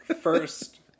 first